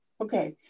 Okay